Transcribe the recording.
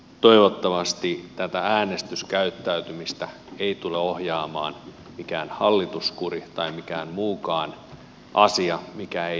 toivottavasti tätä äänestyskäyttäytymistä ei tule ohjaamaan mikään hallituskuri tai mikään muukaan asia mikä ei tähän kuulu